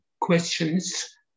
questions